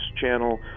channel